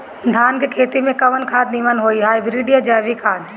धान के खेती में कवन खाद नीमन होई हाइब्रिड या जैविक खाद?